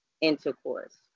intercourse